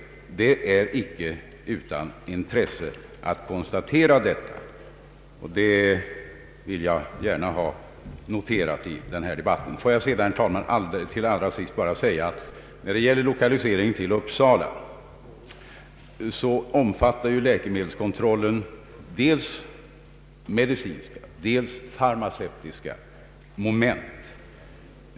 Det är icke utan intresse att konstatera detta. Det vill jag gärna ha noterat i denna debatt. Får jag sedan, herr talman, allra sist säga när det gäller lokaliseringen till Uppsala att läkemedelskontrollen omfattar dels medicinska, dels farmaceutiska moment.